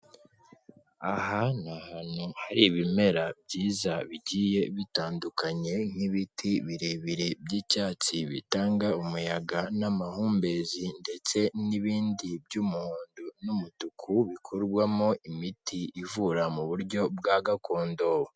Aha ni ahantu hari ibimera byiza bigiye bitandukanye, nk'ibiti birebire by'icyatsi bitanga umuyaga n'amahumbezi, ndetse n'ibindi by'umuhondo n'umutuku bikorwamo imiti ivura mu buryo bwa gakondo.